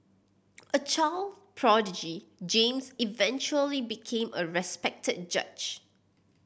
a child prodigy James eventually became a respected judge